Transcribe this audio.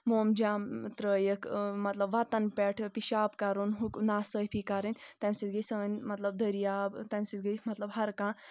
مُومجَام ترٛٲوِکھ مطلب وَتَن پؠٹھ پِشاب کَرُن ہُہ ناصٲفی کَرٕنۍ تَمہِ سۭتۍ گٔے سٲنۍ مطلب دٔریاب تَمہِ سۭتۍ گٔے مطلب ہَر کانٛہہ